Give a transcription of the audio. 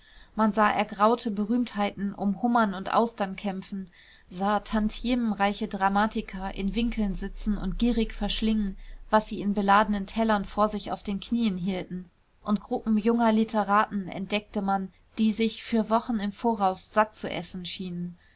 man sah ergraute berühmtheiten um hummern und austern kämpfen sah tantiemenreiche dramatiker in winkeln sitzen und gierig verschlingen was sie in beladenen tellern vor sich auf den knien hielten und gruppen junger literaten entdeckte man die sich für wochen im voraus satt zu essen schienen